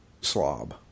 slob